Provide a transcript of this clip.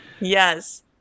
yes